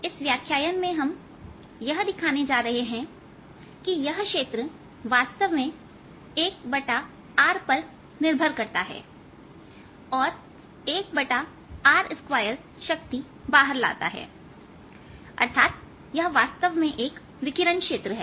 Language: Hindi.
इस व्याख्यान में हम यह दिखाने जा रहे हैं कि यह क्षेत्र वास्तव में 1r पर निर्भर करता है और 1r 2 शक्ति बाहर लाता है अर्थात यह वास्तव में एक विकिरण क्षेत्र है